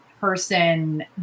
person